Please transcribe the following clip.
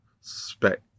spec